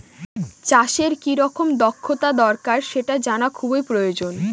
চাষের কি রকম দক্ষতা দরকার সেটা জানা খুবই প্রয়োজন